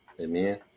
Amen